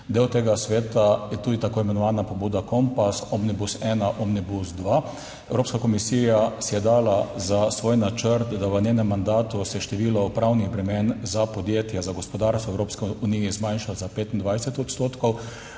Del tega sveta je tudi tako imenovana pobuda Kompas, Omnibus 1, Omnibus 2. Evropska komisija si je dala za svoj načrt, da v njenem mandatu se število upravnih bremen za podjetja za gospodarstvo v Evropski uniji zmanjša za 25 odstotkov.